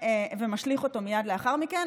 ומשליך אותו מייד לאחר מכן.